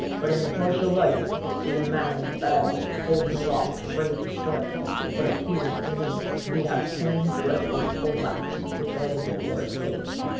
but in the partial light i could see a man in the bows holding aloft ready to strike what appeared to me to be that same dreadful pole-axe which i had before escaped.